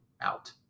out